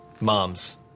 Moms